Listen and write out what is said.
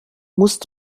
musst